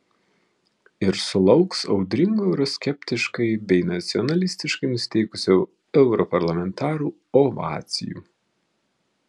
ir sulauks audringų euroskeptiškai bei nacionalistiškai nusiteikusių europarlamentarų ovacijų